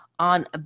on